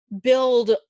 build